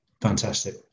Fantastic